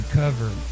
cover